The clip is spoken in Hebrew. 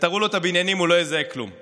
ותראו לו את הבניינים, הוא לא יזהה כלום,